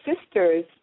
Sisters